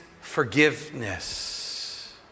forgiveness